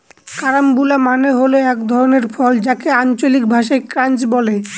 carambola মানে হল এক ধরনের ফল যাকে আঞ্চলিক ভাষায় ক্রাঞ্চ বলে